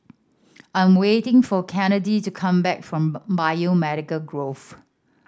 I'm waiting for Kennedy to come back from Biomedical Grove